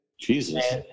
Jesus